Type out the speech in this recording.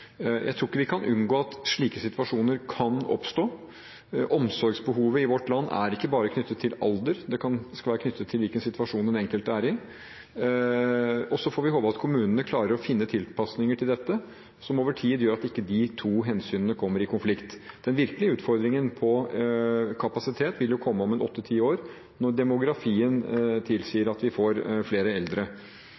Jeg tror ikke vi kan unngå at slike situasjoner kan oppstå. Omsorgsbehovet i vårt land er ikke bare knyttet til alder, det kan være knyttet til hvilken situasjon den enkelte er i. Vi får håpe at kommunene klarer å finne tilpasninger til dette, som over tid gjør at de to hensynene ikke kommer i konflikt. Den virkelige utfordringen på kapasitet vil komme om en åtte–ti år, når demografien tilsier